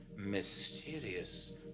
mysterious